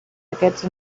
aquests